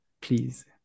please